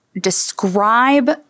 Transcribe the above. describe